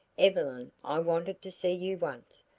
evelyn i wanted to see you once,